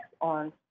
on